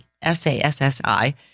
S-A-S-S-I